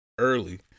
early